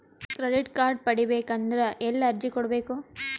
Credit card ಪಡಿಬೇಕು ಅಂದ್ರ ಎಲ್ಲಿ ಅರ್ಜಿ ಕೊಡಬೇಕು?